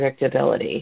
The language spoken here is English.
predictability